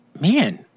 man